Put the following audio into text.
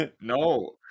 No